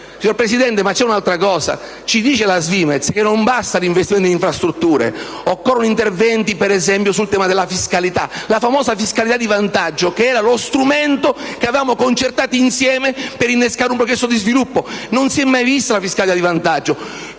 Signor Presidente, c'è un altro dato. Ci dice la SVIMEZ che non basta l'investimento in infrastrutture: occorrono interventi, per esempio, sul tema della fiscalità, la famosa fiscalità di vantaggio che era lo strumento che avevamo concertato insieme per innescare un processo di sviluppo. Non si è mai vista la fiscalità di vantaggio,